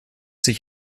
sich